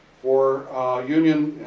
for union,